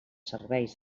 servicis